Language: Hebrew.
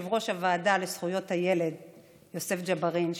יושב-ראש הוועדה לזכויות הילד יוסף ג'בארין.